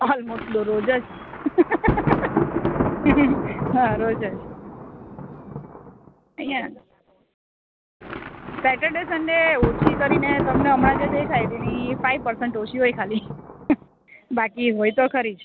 almost તો રોજ જ હા રોજ જ અહીંયા સેટરડે સંડે ઓછી કરીને તમને હમણાં જે દેખાય તેની ફાઇવ પરસન્ટ ઓછી હોય ખાલી બાકી હોય તો ખરી જ